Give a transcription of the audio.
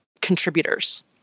contributors